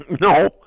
No